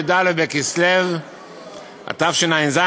י"א בכסלו התשע"ז,